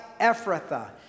Ephrathah